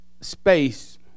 space